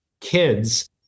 kids